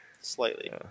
Slightly